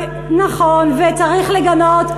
נכון, וצריך לגנות.